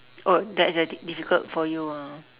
oh that is the difficult for your ah